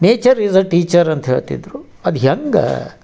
nature is a teacher ಅಂತ ಹೇಳ್ತಿದ್ದರು ಅದು ಹೆಂಗೆ